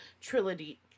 trilogy